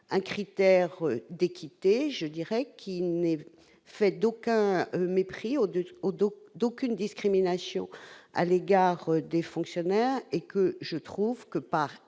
un critère d'équité, je dirais qu'il n'est pas fait d'aucun mépris au dos d'aucune discrimination à l'égard des fonctionnaires et que je trouve que par équité,